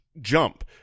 jump